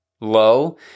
low